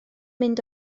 mynd